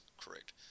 correct